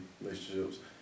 relationships